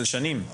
של שנים.